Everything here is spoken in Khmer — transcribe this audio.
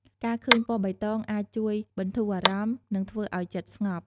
ការឃើញពណ៌បៃតងអាចជួយបន្ធូរអារម្មណ៍ និងធ្វើឱ្យចិត្តស្ងប់។